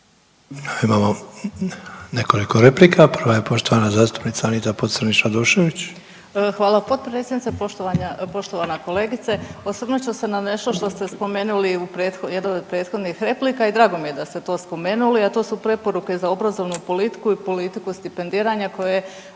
Imamo nekoliko replika, prva je poštovana zastupnica Anita Pocrnić Radošević. **Pocrnić-Radošević, Anita (HDZ)** Hvala potpredsjedniče. Poštovana kolegice. Osvrnut ću se na nešto što ste spomenuli u jednoj od prethodnih replika i drago mi je da ste to spomenuli, a to su preporuke za obrazovnu politiku i politiku stipendiranja koje